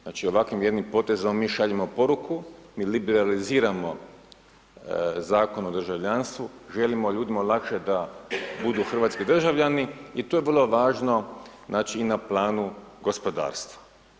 Znači ovakvim jednim potezom mi šaljemo poruku, mi liberaliziramo Zakon o državljanstvu, želimo ljudima olakšat da budu hrvatski državljani i to je vrlo važno i na planu gospodarstva.